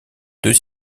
deux